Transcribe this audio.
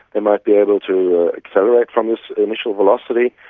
they might be able to accelerate from this initial velocity,